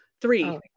three